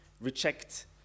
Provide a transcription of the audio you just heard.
reject